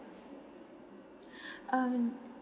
um